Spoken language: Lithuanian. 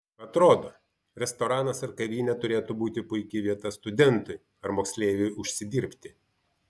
atrodo restoranas ar kavinė turėtų būti puiki vieta studentui ar moksleiviui užsidirbti